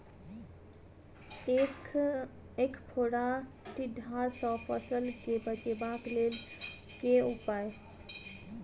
ऐंख फोड़ा टिड्डा सँ फसल केँ बचेबाक लेल केँ उपाय?